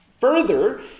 Further